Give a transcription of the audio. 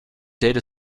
data